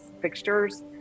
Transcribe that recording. fixtures